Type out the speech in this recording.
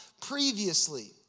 previously